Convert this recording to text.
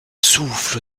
souffle